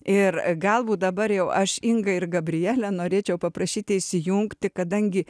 ir galbūt dabar jau aš inga ir gabriele norėčiau paprašyti įsijungti kadangi